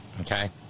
Okay